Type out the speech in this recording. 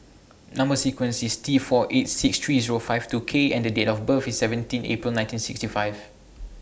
Number sequence IS T four eight six three O five two K and Date of birth IS seventeen April nineteen sixty five